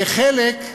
כחלק,